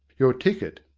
your ticket,